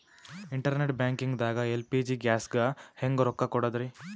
Internet banking ದಾಗ LPG ಗ್ಯಾಸ್ಗೆ ಹೆಂಗ್ ರೊಕ್ಕ ಕೊಡದ್ರಿ?